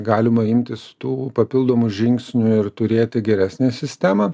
galima imtis tų papildomų žingsnių ir turėti geresnę sistemą